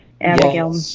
Abigail